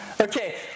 Okay